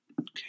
Okay